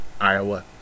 Iowa